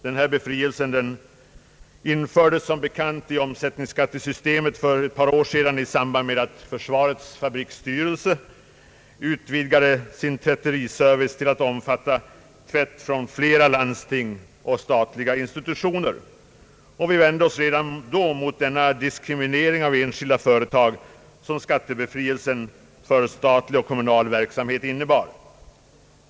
Denna befrielse infördes som bekant i omsättningsskattesystemet för ett par år sedan i samband med att försvarets fabriksstyrelse utvidgade sin tvätteriservice till att omfatta tvätt från landsting och statliga institutioner. Vi vände oss redan då mot denna diskriminering av enskilda företag som skattebefrielsen för statlig och kommunal verksamhet innebar.